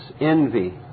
envy